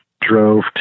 drove